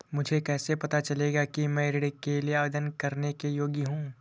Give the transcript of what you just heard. मुझे कैसे पता चलेगा कि मैं ऋण के लिए आवेदन करने के योग्य हूँ?